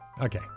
Okay